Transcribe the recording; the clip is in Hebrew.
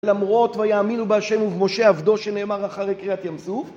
למרות ויאמינו בהשם ובמשה עבדו שנאמר אחרי קריעת ים סוף